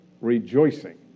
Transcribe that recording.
rejoicing